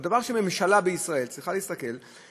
הדבר שהממשלה בישראל צריכה להסתכל עליו,